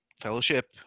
Fellowship